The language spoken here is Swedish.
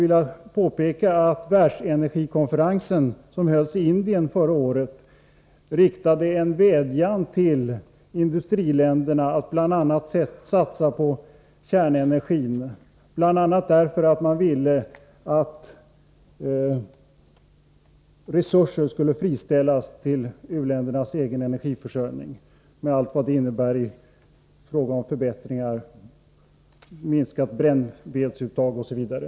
Den världsenergikonferens som hölls i Indien förra året riktade en vädjan till industriländerna att satsa på kärnenergi bl.a. för att resurser skulle friställas för u-ländernas egen energiförsörjning, med allt vad det innebär i fråga om förbättringar, minskat brännvedsuttag osv.